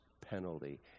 penalty